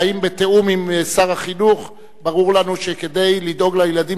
והאם בתיאום עם שר החינוך ברור לנו שכדי לדאוג לילדים